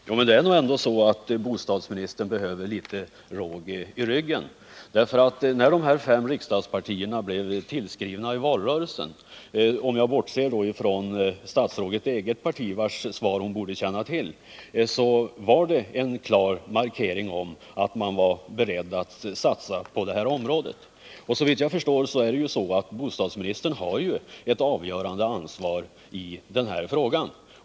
Herr talman! Det är nog ändå så att bostadsministern behöver litet råg i ryggen, därför att sedan de fem riksdagspartierna blivit tillskrivna i valrörelsen utgjorde deras svar —-jag bortser från statsrådets eget parti, vars svar hon ju bör känna till — en klar markering att de var beredda att satsa på det här området. Såvitt jag förstår har bostadsministern ett avgörande ansvar i den här frågan.